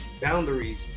boundaries